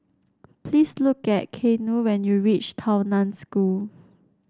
please look at Keanu when you reach Tao Nan School